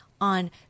on